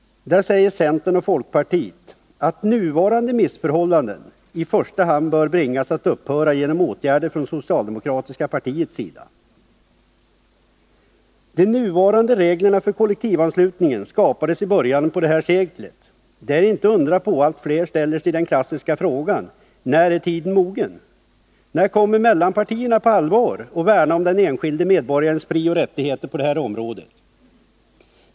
Där säger centern och folkpartiet att ”nuvarande missförhållande i första hand bör bringas att upphöra genom åtgärder från socialdemokratiska partiets sida”. De nuvarande reglerna för kollektivanslutningen skapades i början på det här seklet. Det är inte att undra på att allt fler ställer sig den klassiska frågan: ”När är tiden mogen?” När kommer mellanpartierna att på allvar värna om de enskilda medborgarnas frioch rättigheter på detta område?